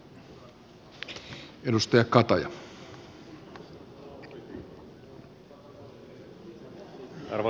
arvoisa puhemies